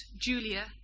Julia